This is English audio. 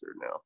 now